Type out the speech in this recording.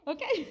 Okay